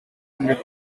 hundred